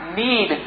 need